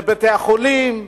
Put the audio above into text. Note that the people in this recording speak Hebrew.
לבתי-חולים,